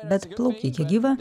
bet plaukikė gyva